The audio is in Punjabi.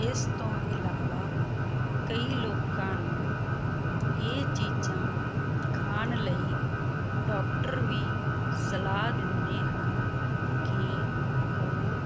ਇਸ ਤੋਂ ਇਲਾਵਾ ਕਈ ਲੋਕਾਂ ਨੂੰ ਇਹ ਚੀਜ਼ਾਂ ਖਾਣ ਲਈ ਡੋਕਟਰ ਵੀ ਸਲਾਹ ਦਿੰਦੇ ਹਨ ਕਿ ਉਹ